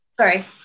sorry